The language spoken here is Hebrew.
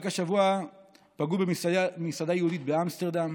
רק השבוע פגעו במסעדה יהודית באמסטרדם.